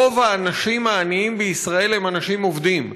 רוב האנשים העניים בישראל הם אנשים עובדים,